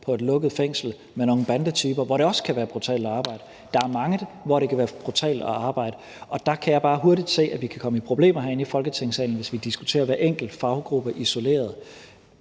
i et lukket fængsel med nogle bandetyper«, hvor det også kan være brutalt at arbejde. Der er mange steder, hvor det kan være brutalt at arbejde. Og der kan jeg bare se, at vi hurtigt kan komme i problemer herinde i Folketingssalen, hvis vi diskuterer hver enkelt faggruppe isoleret.